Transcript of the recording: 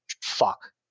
fuck